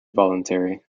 voluntary